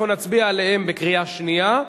נצביע עליהם בקריאה שנייה,